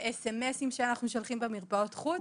אנחנו שולחים הודעות כתובות במרפאות החוץ.